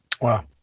Wow